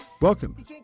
Welcome